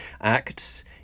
Acts